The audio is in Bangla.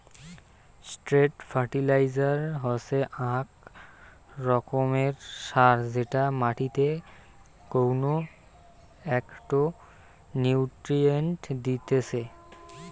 স্ট্রেট ফার্টিলাইজার হসে আক রকমের সার যেটা মাটিকে কউনো একটো নিউট্রিয়েন্ট দিতেছে